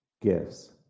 gifts